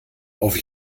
auf